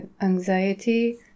anxiety